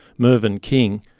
mervyn king,